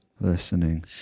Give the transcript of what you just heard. listening